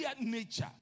nature